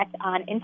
on